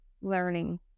learning